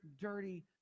dirty